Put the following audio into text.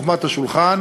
חוכמת השולחן.